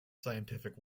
scientific